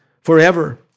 forever